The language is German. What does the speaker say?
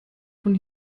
von